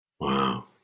Wow